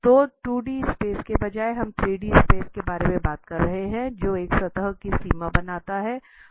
तो 2D space के बजाय हम 3D स्पेस के बारे में बात कर रहे हैं जो एक सतह की सीमा बनाता है